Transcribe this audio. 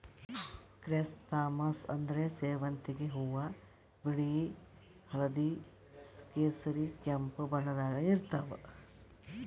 chrysanthemum ಅಂದ್ರ ಸೇವಂತಿಗ್ ಹೂವಾ ಇವ್ ಬಿಳಿ ಹಳ್ದಿ ಕೇಸರಿ ಕೆಂಪ್ ಬಣ್ಣದಾಗ್ ಇರ್ತವ್